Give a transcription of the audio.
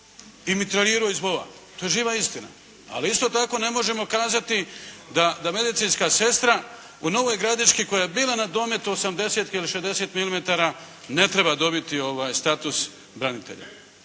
se ne razumije./… To je živa istina. Ali isto tako ne možemo kazati da medicinska sestra u Novoj Gradišći koja je bila na dometu 80 ili 60 milimetara ne treba dobiti status branitelja.